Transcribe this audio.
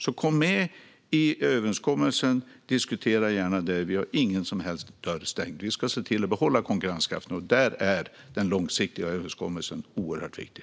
Kom alltså med i överenskommelsen och diskutera där! Vi har inte stängt någon som helst dörr. Vi ska se till att behålla konkurrenskraften, och där är den långsiktiga överenskommelsen oerhört viktig.